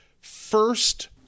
first